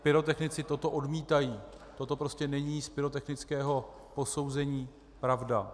Pyrotechnici toto odmítají, toto prostě není z pyrotechnického posouzení pravda.